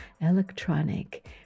electronic